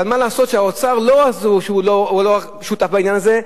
אבל מה לעשות שלא רק שהאוצר לא שותף בעניין הזה,